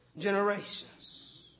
generations